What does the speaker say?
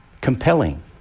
Compelling